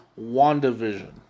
WandaVision